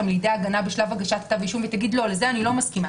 לידי ההגנה בשלב הגשת כתב אישום והיא תגיד: לזה אני לא מסכימה.